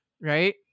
Right